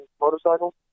motorcycle